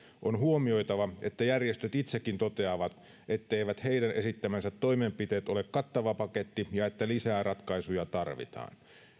on huomioitava että järjestöt itsekin toteavat etteivät heidän esittämänsä toimenpiteet ole kattava paketti ja että lisää ratkaisuja tarvitaan